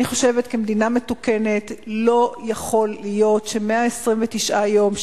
אני חושבת שבמדינה מתוקנת לא יכול להיות ש-129 יום,